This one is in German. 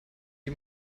die